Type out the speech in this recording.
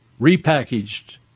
repackaged